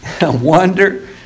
wonder